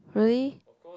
really